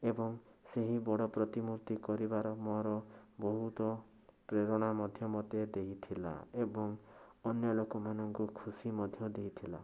ଏବଂ ସେହି ବଡ଼ ପ୍ରତିମୂର୍ତ୍ତି କରିବାର ମୋର ବହୁତ ପ୍ରେରଣା ମଧ୍ୟ ମୋତେ ଦେଇଥିଲା ଏବଂ ଅନ୍ୟ ଲୋକମାନଙ୍କୁ ଖୁସି ମଧ୍ୟ ଦେଇଥିଲା